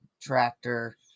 tractor